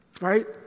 right